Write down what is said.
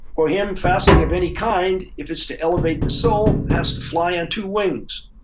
for him fasting of any kind, if it's to elevate the soul, has to fly on two wings.